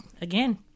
again